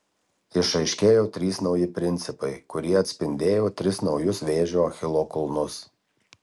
išaiškėjo trys nauji principai kurie atspindėjo tris naujus vėžio achilo kulnus